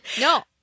No